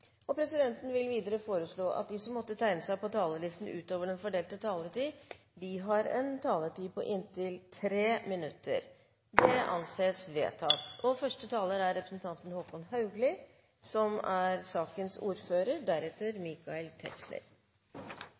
taletid. Presidenten vil videre foreslå at de som måtte tegne seg på talerlisten utover den fordelte taletid, får en taletid på inntil 3 minutter. – Det anses vedtatt. Fire av Høyres stortingsrepresentanter har fremmet forslag om tiltak for økt boligbygging. Forslagsstillerne er